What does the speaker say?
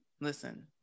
listen